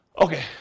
Okay